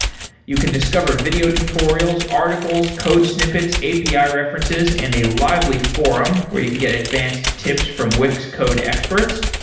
you can discover video tutorials, articles, code snippets, api ah references and a lively forum where you can get advanced tips from wix code experts.